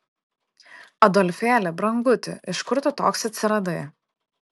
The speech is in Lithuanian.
adolfėli branguti iš kur tu toks atsiradai